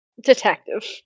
detective